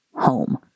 home